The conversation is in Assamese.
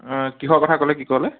কিহৰ কথা ক'লে কি ক'লে